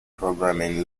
programming